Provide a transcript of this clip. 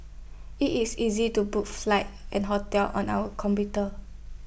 IT is easy to book flights and hotels on our computer